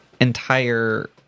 entire